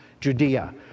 Judea